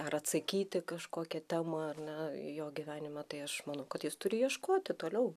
ar atsakyti kažkokią temą ar ne į jo gyvenimą tai aš manau kad jis turi ieškoti toliau